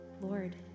Lord